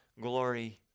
glory